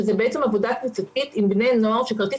שזה בעצם עבודה קבוצתית עם בני נוער שכרטיס